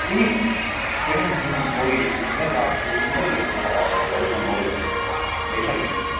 کِہیٖنۍ کِہیٖنۍ کِہیٖنۍ کویی اِشوٗ نہیں ہے کانٛہہ اِشوٗ چھُنہٕ تۄہہِ کیٚنٛہہ چھُنہٕ پَرواے تہٕ تۄہہِ نِمو نوٚوُے ہٮ۪نٛڈ سٮ۪ٹ بیٚیہِ چھا کیٚنٛہہ اِشوٗ